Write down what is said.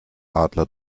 adler